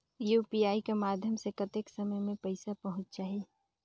UPI कर माध्यम से कतेक समय मे पइसा पहुंच जाहि?